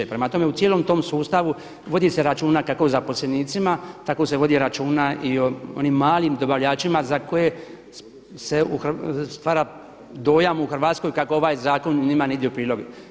Prema tome, u cijelom tom sustavu vodi se računa kako o zaposlenicima, tako se vodi računa i o onim malim dobavljačima za koje se stvara dojam u Hrvatskoj kako ovaj zakon njima ne ide u prilog.